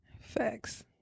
Facts